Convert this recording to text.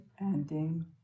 ending